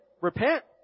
repent